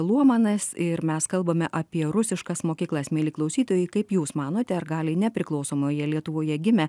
luomanas ir mes kalbame apie rusiškas mokyklas mieli klausytojai kaip jūs manote ar gali nepriklausomoje lietuvoje gimę